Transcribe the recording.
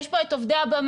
יש פה את עובדי הבמה,